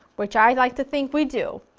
which i like to think we do,